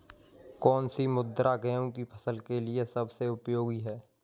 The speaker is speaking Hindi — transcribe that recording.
कौन सी मृदा गेहूँ की फसल के लिए सबसे उपयोगी है?